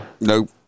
Nope